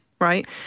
right